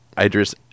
Idris